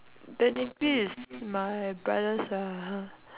technically is my brothers lah ha